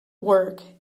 work